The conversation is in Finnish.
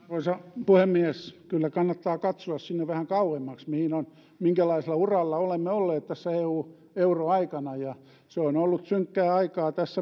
arvoisa puhemies kyllä kannattaa katsoa sinne vähän kauemmaksi minkälaisella uralla olemme olleet tässä eu ja euroaikana ja se on ollut synkkää aikaa siinä